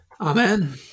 Amen